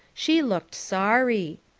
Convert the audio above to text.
she looked sorry.